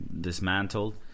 dismantled